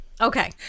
Okay